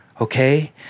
okay